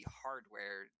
hardware